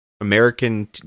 American